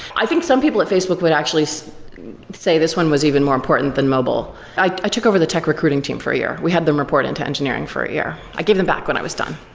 i think some people at facebook would actually say this one was even more important than mobile. i i took over the tech recruiting team for a year. we had them report into engineering for a year. i gave them back when i was done.